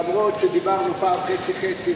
אף-על-פי שדיברנו פעם חצי-חצי,